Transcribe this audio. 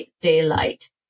daylight